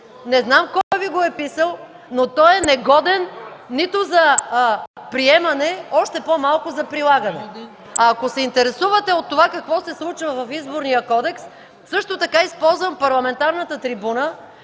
Не знам кой Ви го е писал, но той е негоден нито за приемане, още по-малко за прилагане. Ако се интересувате от това какво се случва в Изборния кодекс, също така използвам парламентарната трибуна,